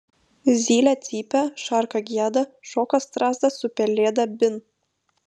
zylė cypia šarka gieda šoka strazdas su pelėda bin